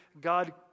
God